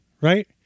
right